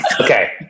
Okay